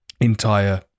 entire